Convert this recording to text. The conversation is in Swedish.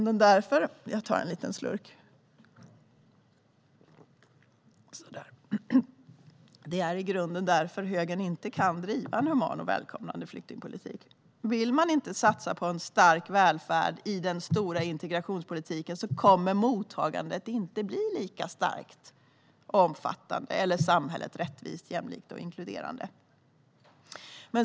Det är i grunden därför högern inte kan driva en human och välkomnande flyktingpolitik. Vill man inte satsa på en stark välfärd i den stora integrationspolitiken kommer mottagandet inte att bli lika starkt och omfattande eller samhället rättvist, jämlikt och inkluderande.